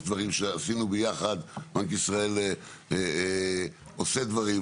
יש דברים שעשינו ביחד, בנק ישראל עושה דברים.